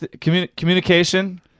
Communication